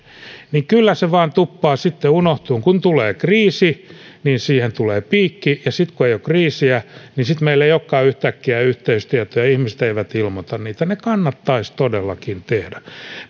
mutta kyllä se vain tuppaa sitten unohtumaan kun tulee kriisi niin siihen tulee piikki ja sitten kun ei ole kriisiä niin sitten meillä ei olekaan yhtäkkiä yhteystietoja ihmiset eivät ilmoita niitä se kannattaisi todellakin tehdä